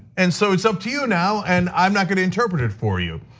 and so it's up to you now, and i'm not gonna interpret it for you.